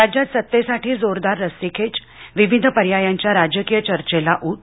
राज्यात सत्तेसाठी जोरदार रस्सीखेच विविध पर्यायांच्या राजकीय चर्चेला ऊत